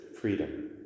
freedom